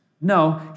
No